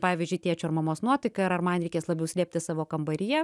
pavyzdžiui tėčio ar mamos nuotaika ir ar man reikės labiau slėptis savo kambaryje